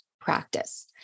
practice